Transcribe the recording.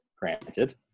granted